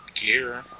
gear